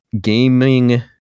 gaming